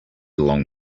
along